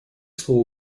слово